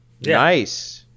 Nice